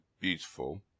beautiful